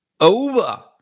over